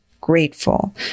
grateful